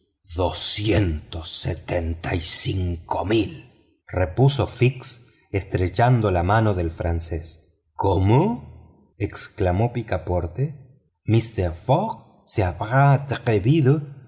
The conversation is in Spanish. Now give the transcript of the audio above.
cincuenta y cinco mil repuso fix estrechando la mano del francés cómo exclamó picaporte mister fogg se